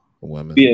women